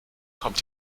kommt